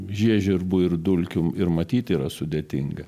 žiežirbų ir dulkių ir matyt yra sudėtinga